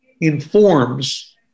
informs